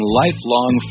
lifelong